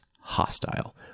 hostile